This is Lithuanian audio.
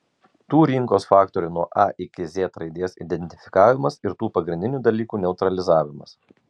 tų rinkos faktorių nuo a iki z raidės identifikavimas ir tų pagrindinių dalykų neutralizavimas